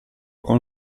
con